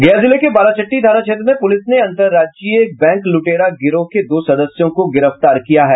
गया जिले के बाराचट्टी थाने क्षेत्र में पुलिस ने अंतरराज्यीय बैंक लुटेरा गिरोह के दो सदस्यों को गिरफ्तार किया है